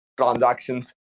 transactions